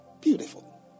beautiful